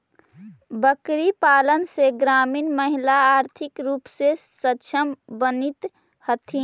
बकरीपालन से ग्रामीण महिला आर्थिक रूप से सक्षम बनित हथीन